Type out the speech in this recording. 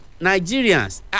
Nigerians